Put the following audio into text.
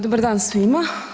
Dobar dan svima.